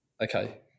Okay